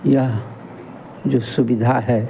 यह जो सुविधा है